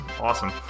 awesome